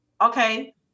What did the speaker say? Okay